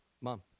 mom